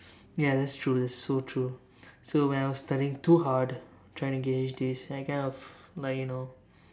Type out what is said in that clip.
ya that's true that's so true so when I was studying too hard trying to gauge this and I kind of like you know